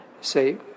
Say